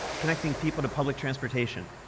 connecting people to public transportation.